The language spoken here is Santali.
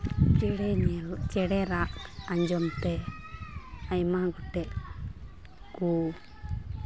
ᱪᱮᱬᱮ ᱧᱮᱞ ᱪᱮᱬᱮ ᱨᱟᱜ ᱟᱸᱡᱚᱢ ᱛᱮ ᱟᱭᱢᱟ ᱜᱚᱴᱮᱡ ᱠᱚ